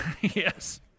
Yes